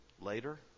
later